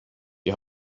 die